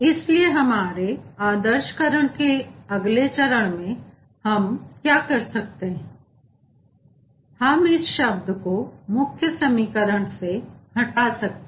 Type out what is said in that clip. इसलिए हमारे आदर्शकरण के अगले चरण में हम क्या कर सकते हैं हम इस शब्द को मुख्य समीकरण से ही हटा सकते हैं